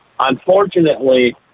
Unfortunately